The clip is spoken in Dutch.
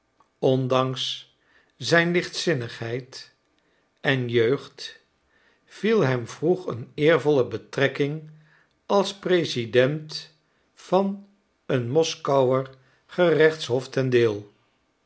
ondanks zijn lichtzinnigheid en jeugd viel hem vroeg een eervolle betrekking als president van een moskouer gerechtshof ten deel